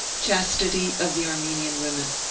chastity of the armenian women.